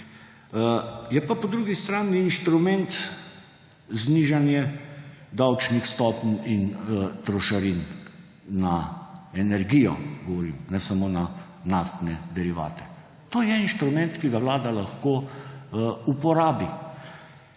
je pa po drugi strani inštrument znižanje davčnih stopenj in trošarin na energijo, ne samo na naftne derivate. To je inštrument, ki ga vlada lahko uporabi.